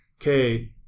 okay